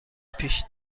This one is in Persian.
پیش